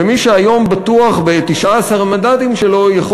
ומי שהיום בטוח ב-19 המנדטים שלו יכול